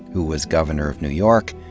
who was governor of new york,